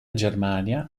germania